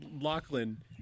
Lachlan